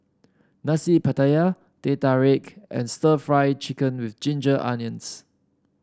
Nasi Pattaya Teh Tarik and stir Fry Chicken with Ginger Onions